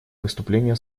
выступление